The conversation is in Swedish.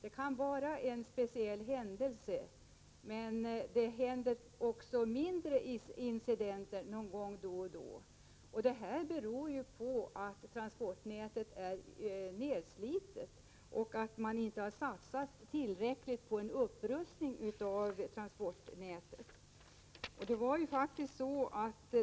Det kan hända att detta var en speciell händelse, men det inträffar också mindre incidenter då och då. Det beror på att transportnätet är nedslitet och att SJ inte har satsat tillräckligt på en upprustning av transportnätet.